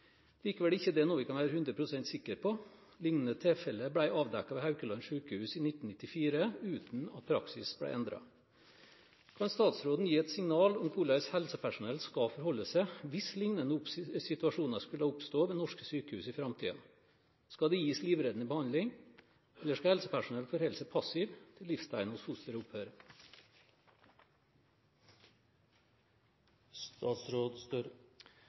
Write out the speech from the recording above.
Likevel er ikke dette noe vi kan være 100 pst. sikre på. Lignende tilfeller ble avdekket ved Haukeland sykehus i 1994, uten at praksis ble endret. Kan statsråden gi et signal om hvordan helsepersonell skal forholde seg hvis lignende situasjoner skulle oppstå ved norske sykehus i framtiden? Skal det gis livreddende behandling, eller skal helsepersonell forholde seg passive til